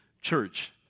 church